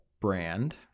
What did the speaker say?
brand